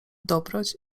dobroć